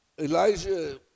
Elijah